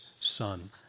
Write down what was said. Son